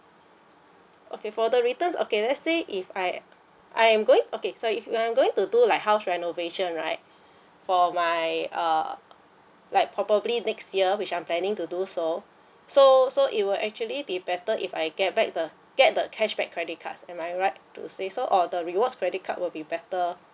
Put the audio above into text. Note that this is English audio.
okay for the returns okay let's say if I I am going okay sorry if I am going to do like house renovation right for my uh like probably next year which I'm planning to do so so so it will actually be better if I get back the get the cashback credit cards am I right to say so or the rewards credit card will be better